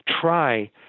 try